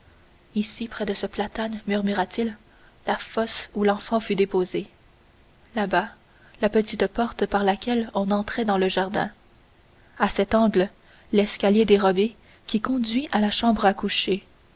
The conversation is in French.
ici près de ce platane murmura-t-il la fosse où l'enfant fut déposé là-bas la petite porte par laquelle on entrait dans le jardin à cet angle l'escalier dérobé qui conduit à la chambre à coucher